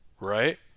right